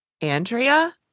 Andrea